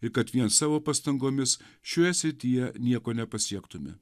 ir kad vien savo pastangomis šioje srityje nieko nepasiektume